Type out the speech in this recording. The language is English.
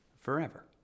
forever